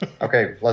Okay